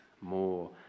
more